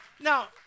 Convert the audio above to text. Now